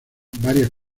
varias